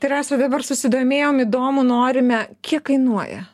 tai rasa dabar susidomėjom įdomu norime kiek kainuoja